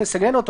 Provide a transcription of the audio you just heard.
נסגנן אותו,